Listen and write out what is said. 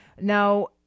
Now